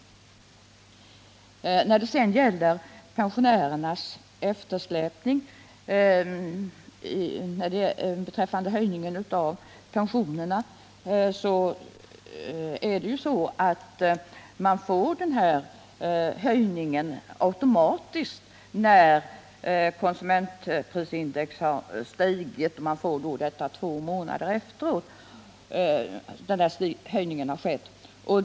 Med anledning av vad som här har sagts om pensionernas eftersläpning vill jag framhålla att höjningen av pensionerna sker automatiskt, två månader efter det att konsumentprisindex har stigit.